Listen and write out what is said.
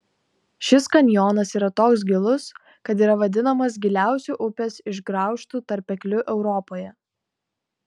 šis kanjonas yra toks gilus kad yra vadinamas giliausiu upės išgraužtu tarpekliu europoje